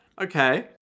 Okay